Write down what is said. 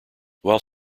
while